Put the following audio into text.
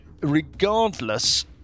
Regardless